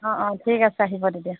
অ' অ' ঠিক আছে আহিব তেতিয়া